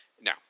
Now